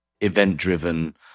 event-driven